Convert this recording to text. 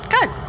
good